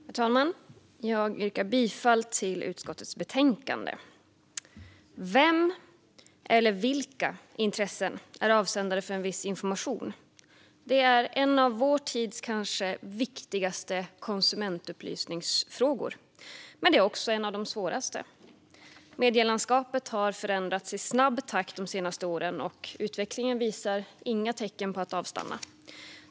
Herr talman! Jag yrkar bifall till utskottets förslag i betänkandet. Vem eller vilka intressen är avsändare av en viss information? Det är en av vår tids kanske viktigaste konsumentupplysningsfrågor. Men det är också en av de svåraste. Ökad insyn i ägandet av radio och tv-före-tag Medielandskapet har förändrats i snabb takt de senaste åren, och utvecklingen visar inga tecken på att avstanna.